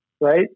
right